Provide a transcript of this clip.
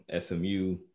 SMU